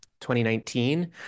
2019